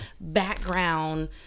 background